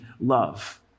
love